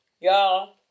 Y'all